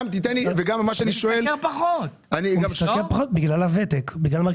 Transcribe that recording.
הוא משתכר פחות בגלל הוותק.